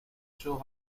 show